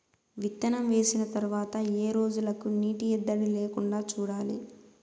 విత్తనం వేసిన తర్వాత ఏ రోజులకు నీటి ఎద్దడి లేకుండా చూడాలి?